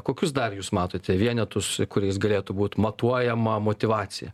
kokius dar jūs matote vienetus kuriais galėtų būt matuojama motyvacija